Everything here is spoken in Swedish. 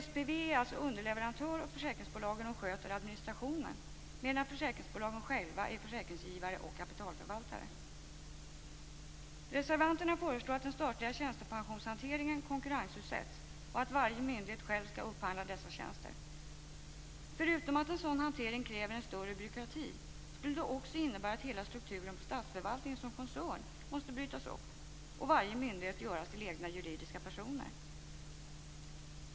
SPV är alltså underleverantör åt försäkringsbolagen och sköter administrationen medan försäkringsbolagen själva är försäkringsgivare och kapitalförvaltare. Reservanterna föreslår att den statliga tjänstepensionshanteringen konkurrensutsätts och att varje myndighet själv skall upphandla dessa tjänster. Förutom att en sådan hantering kräver en större byråkrati skulle det också innebära att hela strukturen på statsförvaltningen som koncern måste brytas upp och varje myndighet göras till egen juridisk person.